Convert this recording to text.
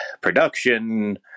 production